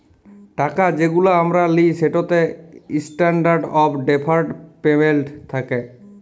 টাকা যেগুলা আমরা লিই সেটতে ইসট্যান্ডারড অফ ডেফার্ড পেমেল্ট থ্যাকে